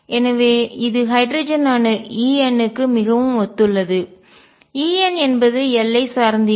எனவே இது ஹைட்ரஜன் அணு En க்கு மிகவும் ஒத்துள்ளது En என்பது l ஐ சார்ந்து இல்லை